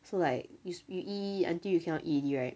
so like you eat eat eat until you cannot eat already right